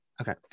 Okay